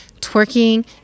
twerking